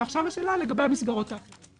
ועכשיו השאלה היא לגבי המסגרות האחרות.